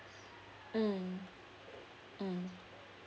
mm mm